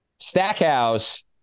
Stackhouse